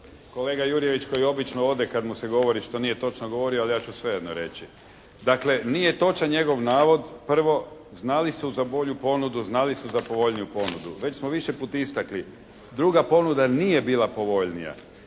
Kolega Jurjević kao i obično ode kada mu se govori što nije točno govorio, ali ja ću sve jedno reći. Dakle nije točan njegov navod. Prvo znali su za bolju ponudu, znali su za povoljniju ponudu. Već smo više puta istakli, druga ponuda nije bila povoljnija